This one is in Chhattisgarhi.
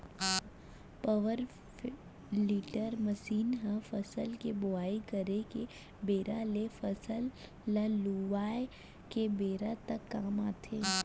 पवर टिलर मसीन ह फसल के बोवई करे के बेरा ले फसल ल लुवाय के बेरा तक काम आथे